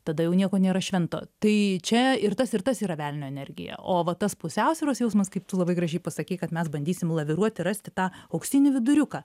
tada jau nieko nėra švento tai čia ir tas ir tas yra velnio energija o va tas pusiausvyros jausmas kaip tu labai gražiai pasakei kad mes bandysim laviruoti rasti tą auksinį viduriuką